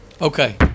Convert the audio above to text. okay